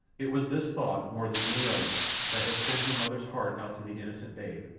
it was this thought more than any other that had sent her mother's heart out to the innocent babe,